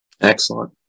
Excellent